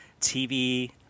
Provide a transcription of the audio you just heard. TV